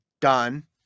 done